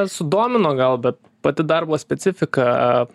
sudomino gal bet pati darbo specifika